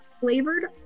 flavored